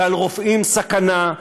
ועל רופאים סכנה,